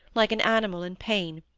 like an animal in pain,